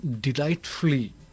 delightfully